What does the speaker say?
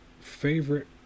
favorite